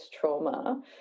trauma